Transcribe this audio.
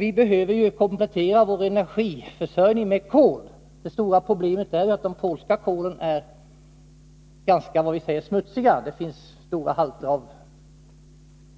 Vi behöver ju också komplettera vår energiförsörjning med kol. Det stora problemet är att det polska kolet är ganska smutsigt — det har t.ex. stora halter av